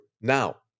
Now